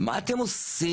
מה אתם עושים?